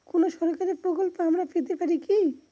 কোন সরকারি প্রকল্প আমরা পেতে পারি কি?